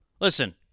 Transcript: Listen